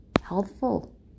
helpful